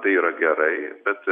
tai yra gerai bet